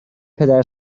پدر